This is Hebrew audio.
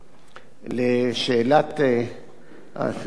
לשאלה השנייה,